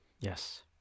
Yes